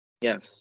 Yes